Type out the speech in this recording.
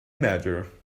matter